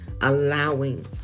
allowing